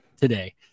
today